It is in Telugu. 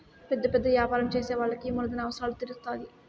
పెద్ద పెద్ద యాపారం చేసే వాళ్ళకి ఈ మూలధన అవసరాలు తీరుత్తాధి